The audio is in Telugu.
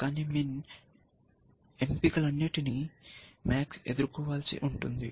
కానీ MIN ఎంపికలన్నింటికీ MAX ఎదుర్కోవలసి ఉంటుంది